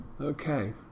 Okay